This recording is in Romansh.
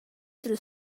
dil